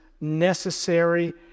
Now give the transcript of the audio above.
necessary